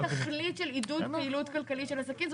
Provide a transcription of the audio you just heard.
תכלית של עידוד פעילות כלכלית של עסקים.